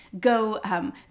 go